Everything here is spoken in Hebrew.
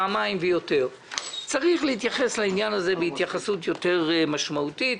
פעמיים ויותר צריך להתייחס לעניין הזה בהתייחסות יותר משמעותית,